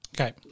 okay